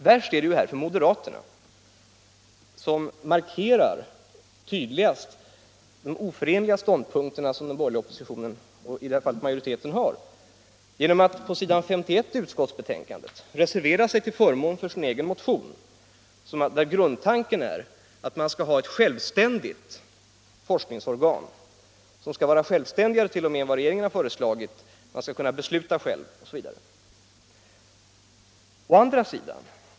Värst är det här för moderaterna som tydligast markerar de oförenliga ståndpunkter som den borgerliga oppositionen — i det här fallet majoriteten — har genom att på s. 51 i utskottsbetänkandet reservera sig till förmån för sin egen motion. Grundtanken i den är att man skall ha ett självständigt forskningsorgan, t.o.m. självständigare än vad regeringen har föreslagit. Organet skall självt kunna fatta beslut.